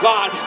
God